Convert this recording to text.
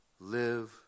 live